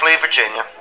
Virginia